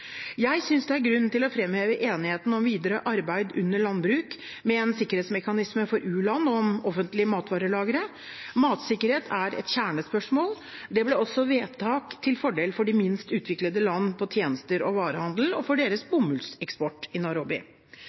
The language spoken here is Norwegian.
Jeg synes det er grunn til å fremheve enigheten om videre arbeid under landbruk, med en sikkerhetsmekanisme for u-land, og om offentlige matvarelagre. Matsikkerhet er et kjernespørsmål. Det ble også vedtak til fordel for de minst utviklede land på tjenester og varehandel og for deres bomullseksport i